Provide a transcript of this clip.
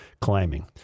climbing